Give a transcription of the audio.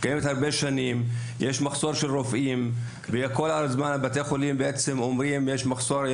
יש מחסור ברופאים וכל הזמן בתי החולים אומרים שיש מחסור.